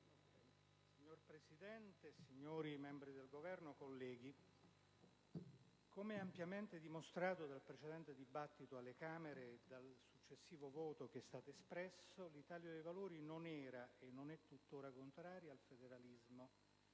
Signora Presidente, signori membri del Governo, colleghi, come ampiamente dimostrato dal precedente dibattito alle Camere e dal successivo voto che è stato espresso, l'Italia dei valori non era e non è tuttora contraria al federalismo,